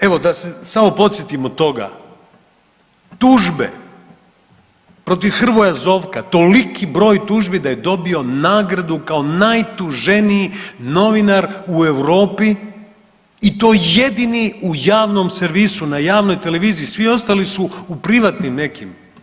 Evo da se samo podsjetimo toga, tužbe protiv Hrvoja Zovka, toliki broj tužbi da je dobio nagradu kao najtuženiji novinar u Europi i to jedini u javnom servisu, na javnoj televiziji svi ostali su u privatnim nekim.